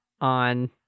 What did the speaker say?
on